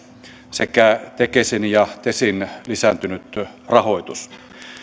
sekä tekesin ja tesin lisääntynyt rahoitus